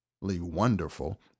wonderful